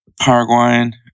Paraguayan